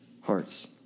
hearts